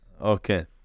Okay